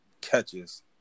catches